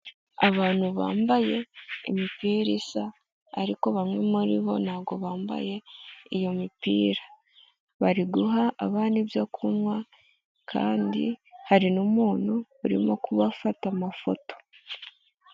Abantu bambaye imipirasa, ariko bamwe muri bo ntabwogo bambaye iyo mipira. Bari guha abana ibyo kunywa, kandi hari n'umuntu urimo kubafata amafoto.